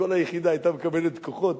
וכל היחידה היתה מקבלת כוחות,